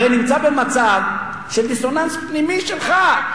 הרי נמצא במצב של דיסוננס פנימי שלך.